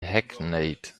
hackneyed